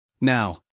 Now